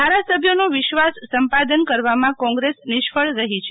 ધારાસભ્યોનો વિશ્વાસ સંપાદન કરવામાં કોંગ્રેસ નિષ્ફળ રહી છે